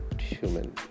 human